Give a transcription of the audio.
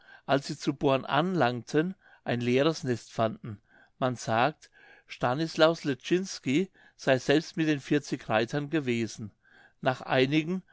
als sie zu born anlangten ein leeres nest fanden man sagt stanislaus leszcynski sei selbst mit den vierzig reitern gewesen nach einigen